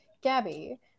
Gabby